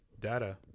data